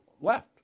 left